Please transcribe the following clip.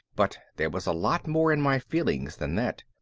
but there was a lot more in my feelings than that.